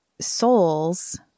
souls –